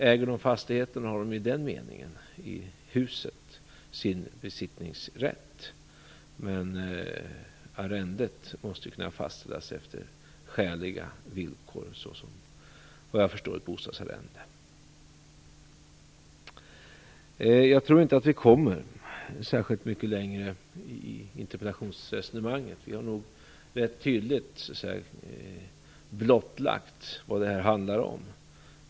Om man äger fastigheten har man sin besittningsrätt, men arrendet måste kunna fastställas efter skäliga villkor som ett bostadsarrende. Jag tror inte att vi kommer särskilt mycket längre i interpellationsresonemanget. Vi har ganska tydligt blottlagt vad det handlar om.